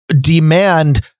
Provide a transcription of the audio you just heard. demand